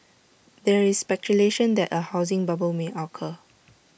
there is speculation that A housing bubble may occur